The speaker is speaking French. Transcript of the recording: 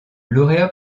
lauréat